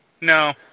No